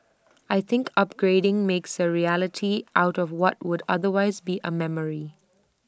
I think upgrading makes A reality out of what would otherwise be A memory